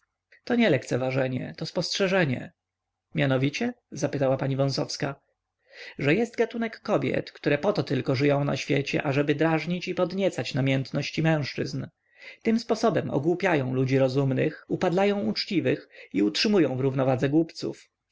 to nie lekceważenie to spostrzeżenie mianowicie zapytała pani wąsowska że jest gatunek kobiet które poto tylko żyją na świecie ażeby drażnić i podniecać namiętności mężczyzn tym sposobem ogłupiają ludzi rozumnych upadlają uczciwych i utrzymują w równowadze głupców